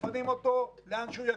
מפנים אותו לאן שהוא יגיד.